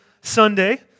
Sunday